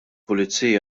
pulizija